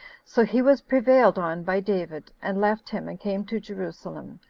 so he was prevailed on by david, and left him, and came to jerusalem,